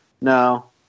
No